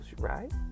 right